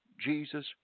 Jesus